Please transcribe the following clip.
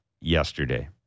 yesterday